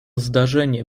zdarzenie